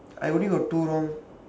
I already got two wrong